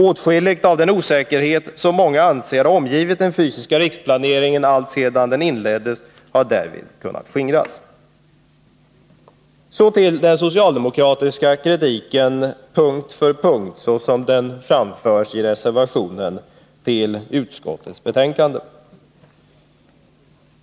Åtskilligt av den osäkerhet som många ansett omgivit den fysiska riksplaneringen alltsedan den inleddes har därvid kunnat skingras. Så till den socialdemokratiska kritiken punkt för punkt, såsom den framförs i reservationen till utskottets betänkande.